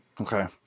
Okay